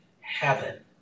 heaven